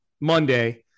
Monday –